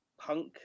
punk